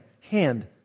hand